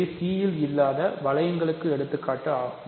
இவை C ல் இல்லாத வளையங்களின் எடுத்துக்காட்டுகள்